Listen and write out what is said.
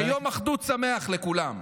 יום אחדות שמח לכולם.